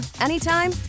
anytime